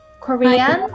Korean